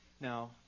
Now